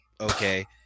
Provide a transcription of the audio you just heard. okay